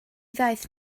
ddaeth